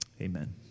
Amen